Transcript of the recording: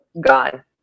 gone